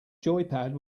joypad